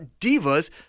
Divas